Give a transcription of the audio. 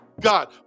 God